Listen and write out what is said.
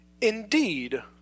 Indeed